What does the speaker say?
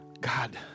God